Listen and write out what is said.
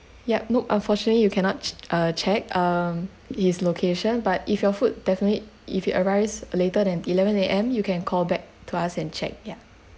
yup nope unfortunately you cannot ch~ uh check um his location but if your food definitely if it arrives later than eleven A_M you can call back to us and check yeah